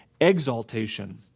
exaltation